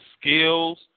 skills